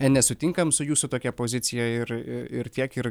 nesutinkam su jūsų tokia pozicija ir tiek ir